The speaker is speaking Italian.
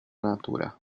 natura